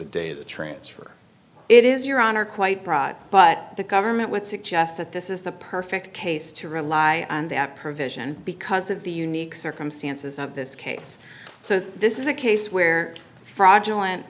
data transfer it is your honor quite prot but the government would suggest that this is the perfect case to rely on that provision because of the unique circumstances of this case so this is a case where fraudulent